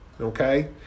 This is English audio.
okay